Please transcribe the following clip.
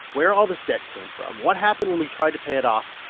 where all this debt came from, what happened when we tried to pay it off,